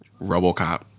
Robocop